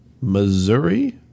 Missouri